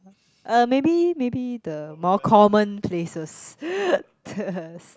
uh maybe maybe the more common places